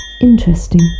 interesting